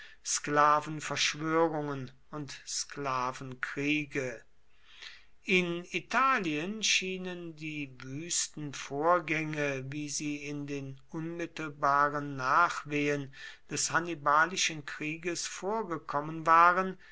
sklavenverschwörungen und sklavenkriege in italien schienen die wüsten vorgänge wie sie in den unmittelbaren nachwehen des hannibalischen krieges vorgekommen waren